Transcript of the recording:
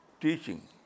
teaching